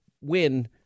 win